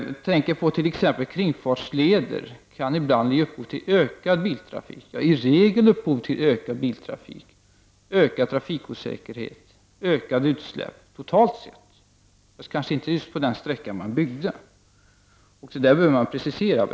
Jag tänker t.ex. på att kringfartsleder kan ge upphov till ökad biltrafik, ökad trafikosäkerhet och ökade utsläpp totalt sett, fast kanske inte just på den sträckan man har byggt. Där behövs en precisering.